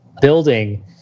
building